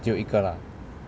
只有一个 lah